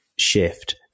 Shift